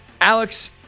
Alex